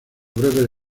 breves